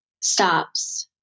stops